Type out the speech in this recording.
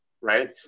Right